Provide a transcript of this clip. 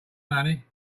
money